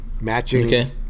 Matching